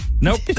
Nope